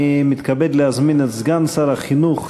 אני מתכבד להזמין את סגן שר החינוך,